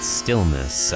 stillness